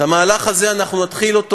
את המהלך הזה אנחנו נתחיל,